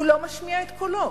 הוא לא משמיע את קולו.